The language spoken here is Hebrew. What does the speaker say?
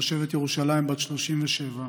תושבת ירושלים בת 37,